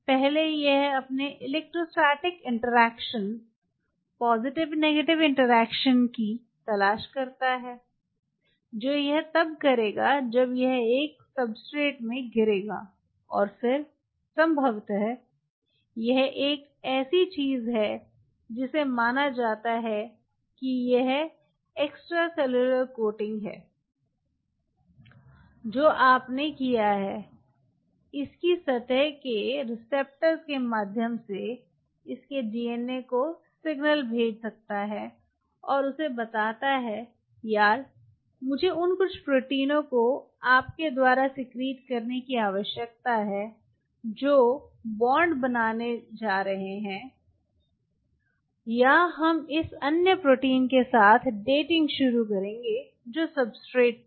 पहले यह अपने electrostatic interaction positive negative interaction की तलाश करता है जो यह तब करेगा जब यह एक सब्सट्रेट में गिरेगा और फिर संभवतः यह एक ऐसी चीज है जिसे माना जाता है कि यह एक्सट्रासेलुलर कोटिंग है जो आपने किया है इसकी सतह के रिसेप्टर्स के माध्यम से इसके डीएनए को सिग्नल भेज सकता है और उसे बताते हैं यार मुझे उन कुछ प्रोटीनों को आपके द्वारा सिक्रीट करने की आवश्यकता है जो बंधन बनाने जा रहे हैं या हम इस अन्य प्रोटीन के साथ डेटिंग शुरू करेंगे जो सब्सट्रेट पर है